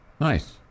Nice